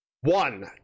one